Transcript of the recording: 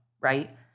right